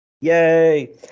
yay